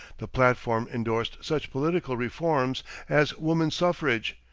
the platform endorsed such political reforms as woman suffrage,